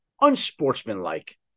unsportsmanlike